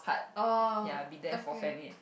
orh okay